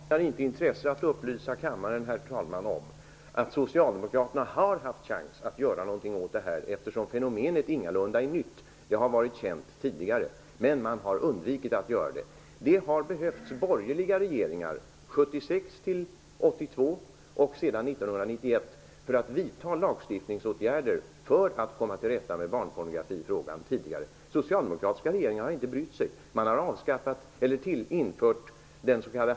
Herr talman! Det kan inte sakna intresse att upplysa kammaren om att Socialdemokraterna har haft chans att göra någonting åt det här fenomenet, eftersom det ingalunda är nytt. Det har varit känt tidigare, men man har undvikit att göra något. Det har behövts borgerliga regeringar, 1976--1982 och sedan 1991, för att vidta lagstiftningsåtgärder i syfte att komma till rätta med barnpornografin. Socialdemokratiska regeringar har inte brytt sig.